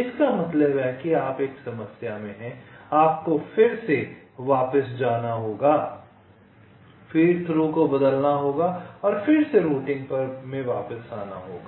इसका मतलब है आप एक समस्या में हैं आपको फिर से वापस जाना होगा फ़ीड थ्रू को बदलना होगा और फिर से रूटिंग में वापस आना होगा